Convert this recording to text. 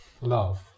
love